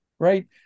Right